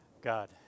God